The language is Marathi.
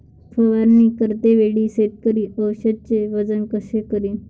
फवारणी करते वेळी शेतकरी औषधचे वजन कस करीन?